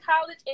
college